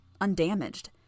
Undamaged